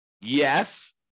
Yes